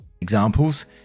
Examples